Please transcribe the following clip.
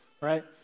right